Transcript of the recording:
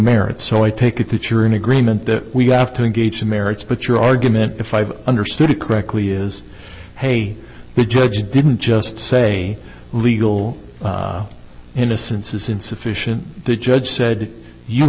merits so i take it that you're in agreement that we have to engage the merits but your argument if i've understood it correctly is hey the judge didn't just say legal innocence is insufficient the judge